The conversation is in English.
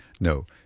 no